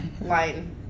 line